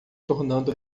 tornando